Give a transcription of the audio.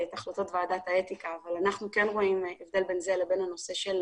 ועדת האתיקה אנחנו כן רואים הבדל בין זה לבין הנושא של